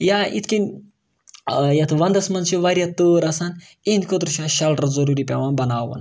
یا یِتھ کٔنۍ یَتھ وَنٛدَس منٛز چھِ واریاہ تۭر آسان اِہِنٛدِ خٲطرٕ چھُ اَسہِ شَلٹَر ضٔروٗری پٮ۪وان بَناوُن